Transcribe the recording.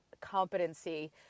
competency